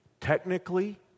technically